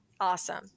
Awesome